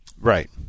Right